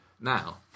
Now